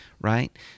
right